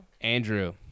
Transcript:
Andrew